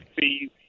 see